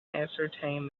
ascertain